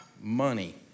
Money